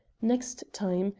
next time,